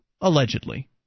Allegedly